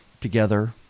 together